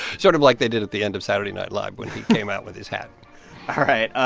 sort of like they did at the end of saturday night live when he came out with his hat all right.